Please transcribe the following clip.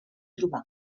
trobar